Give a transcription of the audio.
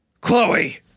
Chloe